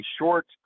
short